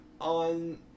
on